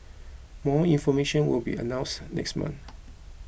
more information will be announced next month